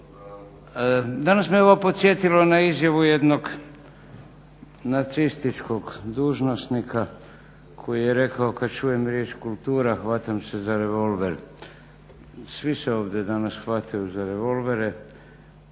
Danas me ovo podsjetilo na izjavu jednog nacističkog dužnosnika koji je rekao kad čujem riječ kultura hvatam se za revolver. Svi se ovdje danas hvataju za revolvere